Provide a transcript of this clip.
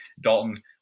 Dalton